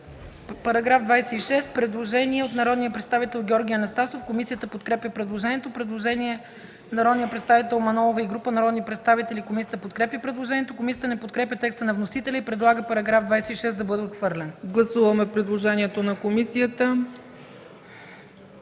По § 26 има предложение на народния представител Георги Анастасов. Комисията подкрепя предложението. Предложение на народния представител Мая Манолова и група народни представители. Комисията подкрепя предложението. Комисията не подкрепя текста на вносителя и предлага § 26 да бъде отхвърлен. ПРЕДСЕДАТЕЛ ЦЕЦКА ЦАЧЕВА: Гласуваме предложението на комисията.